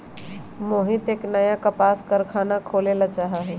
मोहित एक नया कपास कारख़ाना खोले ला चाहा हई